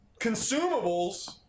consumables